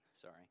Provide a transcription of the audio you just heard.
sorry